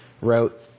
wrote